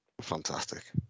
Fantastic